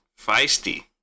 Feisty